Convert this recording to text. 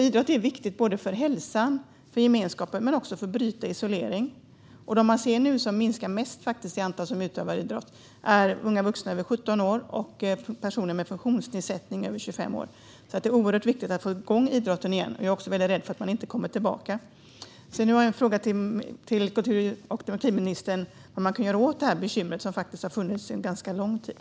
Idrott är viktigt för hälsan, för gemenskapen och för att bryta isolering. De grupper där antalet idrottsutövare nu minskar mest är unga vuxna över 17 år och personer med funktionsnedsättning över 25 år. Det är oerhört viktigt att få igång idrotten igen. Jag är väldigt rädd för att man inte kommer tillbaka. Nu har jag en fråga till kultur och demokratiministern: Vad kan man göra åt det här bekymret, som faktiskt har funnits under ganska lång tid?